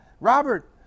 Robert